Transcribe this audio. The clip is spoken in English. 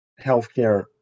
healthcare